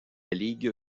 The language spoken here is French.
ligue